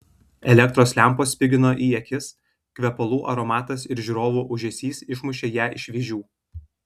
elektros lempos spigino į akis kvepalų aromatas ir žiūrovų ūžesys išmušė ją iš vėžių